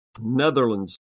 Netherlands